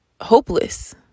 hopeless